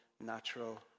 natural